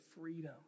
freedom